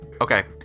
okay